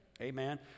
Amen